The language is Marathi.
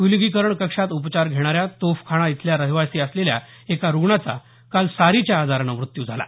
विलगीकरण कक्षात उपचार घेणाऱ्या तोफखाना इथल्या रहिवाशी असलेल्या एका रुग्णाचा काल सारीच्या आजारानं मृत्यू झाला